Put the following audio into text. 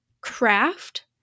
craft